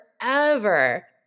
forever